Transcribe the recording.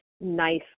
nice